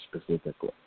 specifically